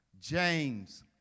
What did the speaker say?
James